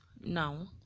now